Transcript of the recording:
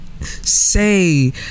say